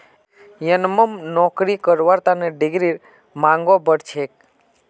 यनमम नौकरी करवार तने डिग्रीर मांगो बढ़ छेक